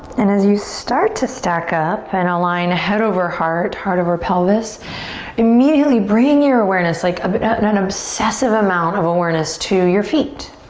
and as you start to stack up and align head over heart, heart over pelvis immediately bring your awareness, like but and an obsessive amount of awareness, to your feet.